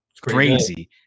crazy